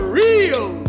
real